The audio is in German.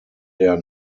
der